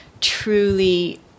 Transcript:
truly